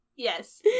Yes